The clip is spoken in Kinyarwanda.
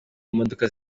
imodoka